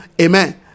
amen